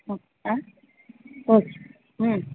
ಹ್ಞೂ ಹಾಂ ಓಕೆ ಹ್ಞೂ